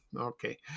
Okay